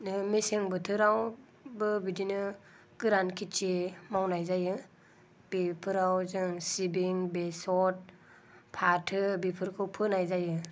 नै मेसें बोथोरावबो बिदिनो गोरान खेथि मावनाय जायो बेफोराव जों सिबिं बेसर फाथो बेफोरखौ फोनाय जायो